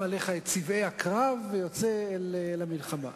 בו, וחג הפסח הוא חג החירות.